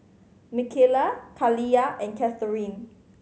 Mckayla Kaliyah and Katharine